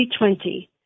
2020